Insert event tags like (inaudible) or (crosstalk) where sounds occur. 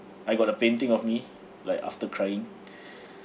I got a painting of me like after crying (breath)